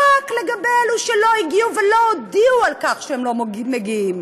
רק לגבי אלו שלא הגיעו ולא הודיעו שהם לא מגיעים.